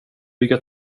bygga